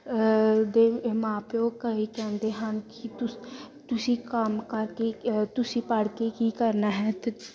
ਦੇ ਮਾਂ ਪਿਓ ਕਈ ਕਹਿੰਦੇ ਹਨ ਕਿ ਤੁਸ ਤੁਸੀਂ ਕੰਮ ਕਰਕੇ ਤੁਸੀਂ ਪੜ੍ਹ ਕੇ ਕੀ ਕਰਨਾ ਹੈ ਅਤੇ